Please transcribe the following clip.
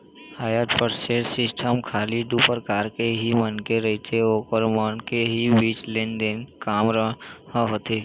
hire purchase system म खाली दू परकार के ही मनखे रहिथे ओखर मन के ही बीच लेन देन के काम ह होथे